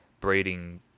breeding